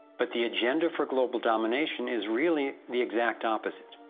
but the agenda for global domination is really the exact opposite.